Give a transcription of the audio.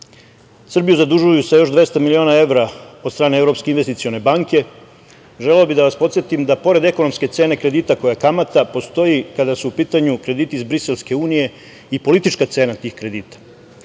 Srbiju zadužuju sa još 200 miliona evra od strane Evropske investicione banke želeo bi da vas podsetim da pored ekonomske cene kredita koja je kamata postoji kada su u pitanju krediti iz Briselske unije i politička cena tih kredita. Ta